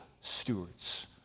stewards